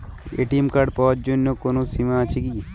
ATM card পাওয়ার জন্য আয়ের কোনো সীমা আছে কি?